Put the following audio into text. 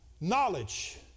knowledge